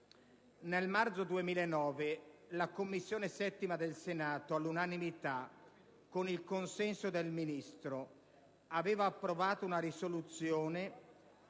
Nel marzo 2009 la 7a Commissione del Senato, all'unanimità, con il consenso del Ministro, aveva approvato una risoluzione